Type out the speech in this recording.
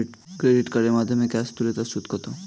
Credit কার্ডের মাধ্যমে cash তুলে তার সুদ কত?